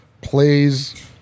plays